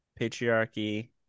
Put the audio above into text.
patriarchy